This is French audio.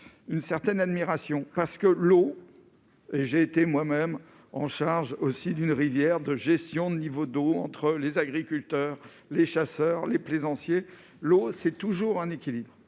une certaine admiration parce que l'eau et j'ai été moi-même en charge aussi d'une rivière de gestion de niveau d'eau entre les agriculteurs, les chasseurs, les plaisanciers, l'eau, c'est toujours un équilibre